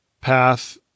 path